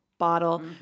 bottle